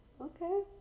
Okay